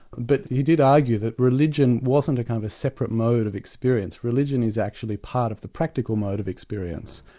but he did argue that religion wasn't a kind of separate mode of experience, religion is actually part of the practical mode of experience,